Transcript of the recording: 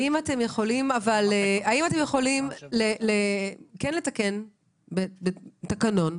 האם אתם יכולים כן לתקן בתקנון?